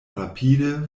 rapide